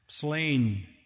slain